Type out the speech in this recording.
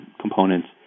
components